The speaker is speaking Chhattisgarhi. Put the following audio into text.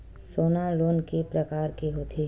सोना लोन के प्रकार के होथे?